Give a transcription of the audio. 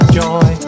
joy